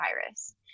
virus